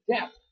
depth